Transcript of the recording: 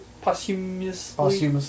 Posthumously